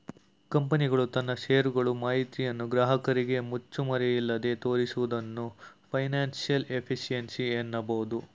company ತನ್ನ share ಗಳು ಮಾಹಿತಿಯನ್ನು ಗ್ರಾಹಕರಿಗೆ ಮುಚ್ಚುಮರೆಯಿಲ್ಲದೆ ತೋರಿಸುವುದನ್ನು ಫೈನಾನ್ಸಿಯಲ್ ಎಫಿಷಿಯನ್ಸಿ ಅನ್ನಬಹುದು